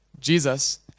Jesus